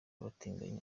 abatinganyi